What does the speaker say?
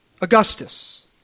Augustus